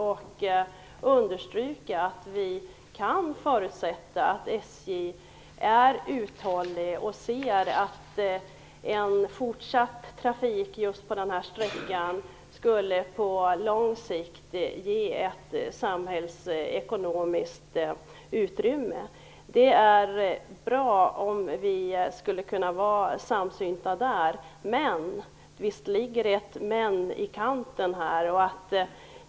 Jag understryker att SJ är uthålligt och ser att en fortsatt trafik på nämnda sträcka på lång sikt skulle ge ett samhällsekonomiskt utrymme. Det är bra om vi kunde vara samsynta i det avseendet. Men visst finns det ett "men" i kanten här.